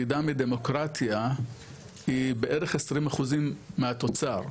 ירידה מדמוקרטיה היא בערך 20% מהתוצר,